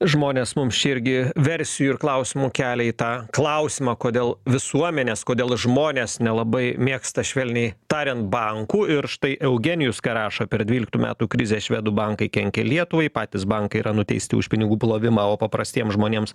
žmonės mums čia irgi versijų ir klausimų kelia į tą klausimą kodėl visuomenės kodėl žmonės nelabai mėgsta švelniai tariant bankų ir štai eugenijus ką rašo per dvyliktų metų krizę švedų bankai kenkė lietuvai patys bankai yra nuteisti už pinigų plovimą o paprastiems žmonėms